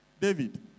David